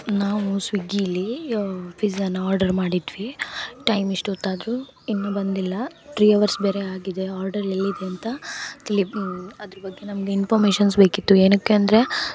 ನಾವು ಸ್ವಿಗ್ಗಿಯಲ್ಲಿ ಪಿಝನ ಆರ್ಡರ್ ಮಾಡಿದ್ವಿ ಟೈಮ್ ಇಷ್ಟು ಹೊತ್ತು ಆದರೂ ಇನ್ನೂ ಬಂದಿಲ್ಲ ತ್ರೀ ಅವರ್ಸ್ ಬೇರೆ ಆಗಿದೆ ಆರ್ಡರ್ ಎಲ್ಲಿದೆ ಅಂತ ತಿಳಿ ಅದ್ರ ಬಗ್ಗೆ ನಮಗೆ ಇನ್ಪಾಮೇಷನ್ಸ್ ಬೇಕಿತ್ತು ಏನಕ್ಕೆ ಅಂದರೆ